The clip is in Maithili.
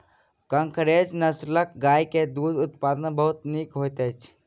कंकरेज नस्लक गाय के दूध उत्पादन बहुत नीक होइत अछि